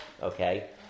Okay